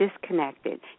disconnected